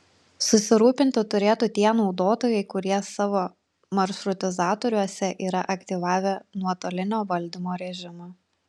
susirūpinti turėtų tie naudotojai kurie savo maršrutizatoriuose yra aktyvavę nuotolinio valdymo režimą